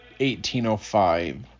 1805